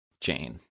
Jane